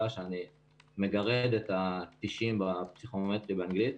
שאני מגרד את ה-90 בפסיכומטרי באנגלית.